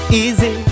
easy